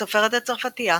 הסופרת הצרפתייה